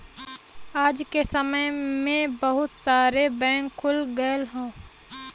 आज के समय में बहुत सारे बैंक खुल गयल हौ